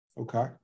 Okay